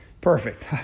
Perfect